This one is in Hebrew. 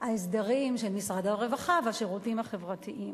ההסדרים של משרד הרווחה והשירותים החברתיים.